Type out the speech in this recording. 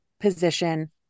position